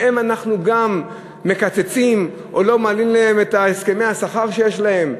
מהם אנחנו גם מקצצים וגם לא מעלים להם לפי הסכמי השכר שיש להם?